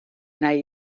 nahi